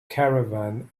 caravan